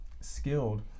skilled